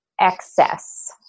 excess